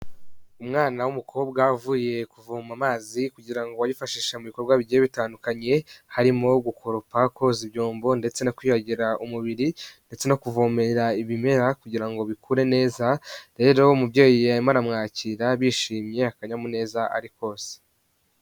Umwana w'umukobwa uvuye kuvoma amazi kugira ngo bayifashishe mu bikorwa bigiye bitandukanye, harimo gukoropa, koza ibyombo, ndetse no kwiyuhagira umubiri, ndetse no kuvomera ibimera kugira ngo bikure neza, rero umubyeyi arimo aramwakira bishimye akanyamuneza ari kose.